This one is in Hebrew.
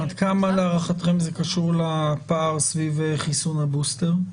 ועד כמה להערכתכם זה קשור לפער סביב חיסון הבוסטר?